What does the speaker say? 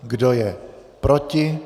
Kdo je proti?